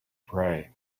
pray